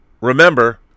remember